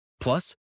Plus